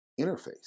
interface